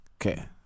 Okay